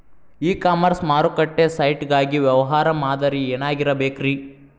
E commerce ಮಾರುಕಟ್ಟೆ site ಗಾಗಿ ವ್ಯವಹಾರ ಮಾದರಿ ಏನಾಗಿರಬೇಕ್ರಿ?